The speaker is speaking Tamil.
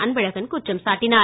அன்பழகன் குற்றம் சாட்டினார்